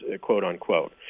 quote-unquote